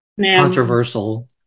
controversial